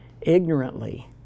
ignorantly